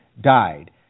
died